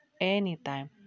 anytime